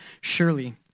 surely